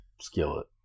skillet